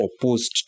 opposed